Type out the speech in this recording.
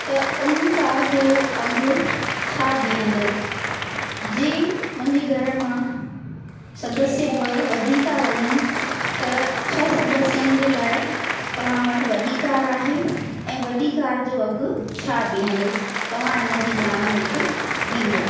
त हुन ई कार जो अघु छा बिहंदो जी मुंहिंजी घर मां सदस्य ॿ वधी था वञनि त छह सदस्यनि जे लाइ तव्हां वटि वॾी कार आहे ऐं वॾी कार जो अघु छा बिहंदो तव्हां हिन जी ॼाणु मूंखे ॾींदा